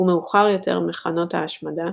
ומאוחר יותר מחנות השמדה,